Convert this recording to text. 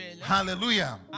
Hallelujah